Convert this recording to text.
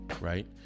Right